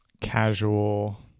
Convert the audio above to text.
casual